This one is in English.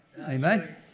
Amen